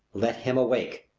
let him awake.